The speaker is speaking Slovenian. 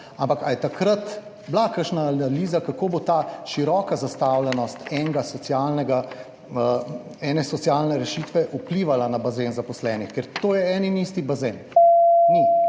ampak, ali je takrat bila kakšna analiza, kako bo ta široka zastavljenost enega socialnega, ene socialne rešitve, vplivala na bazen zaposlenih, ker to je en in isti bazen. /